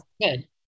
good